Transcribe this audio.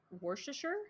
Worcestershire